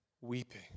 weeping